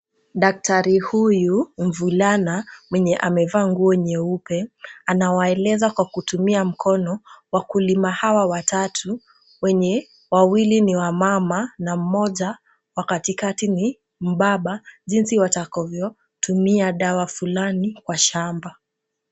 Daktari huyu mvulana mwenye amevaa nguo nyeupe anawaeleza kwa kutumia mkono wakulima hawa watatu wenye wawili ni wamama na mmoja wa katikati ni mbaba jinsi watakavyotumia dawa fulani kwa shamba.